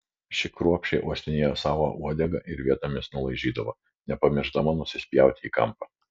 ši kruopščiai uostinėjo savo uodegą ir vietomis nulaižydavo nepamiršdama nusispjauti į kampą